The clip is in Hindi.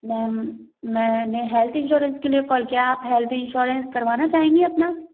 मैम मैंने हेल्थ इन्श्योरेन्स के लिए कॉल किया है आप हैल्त इन्श्योरेन्स करवाना चाहेंगी अपना